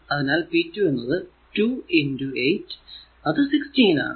അതിനാൽ p 2 എന്നത് 2 8 16 ആണ്